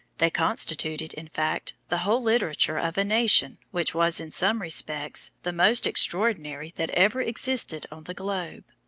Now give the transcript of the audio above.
they constituted, in fact, the whole literature of a nation which was, in some respects, the most extraordinary that ever existed on the globe.